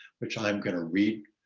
which i'm gonna read.